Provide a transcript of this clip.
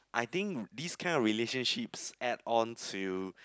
I think these kind of relationships add on to